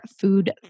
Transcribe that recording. food